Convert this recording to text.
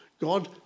God